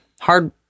Hard